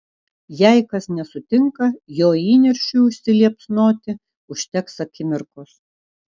jei kas nesutinka jo įniršiui užsiliepsnoti užteks akimirkos